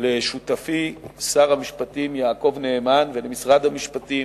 לשותפי שר המשפטים יעקב נאמן ולמשרד המשפטים.